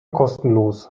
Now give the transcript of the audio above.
kostenlos